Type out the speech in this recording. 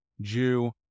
jew